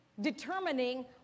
determining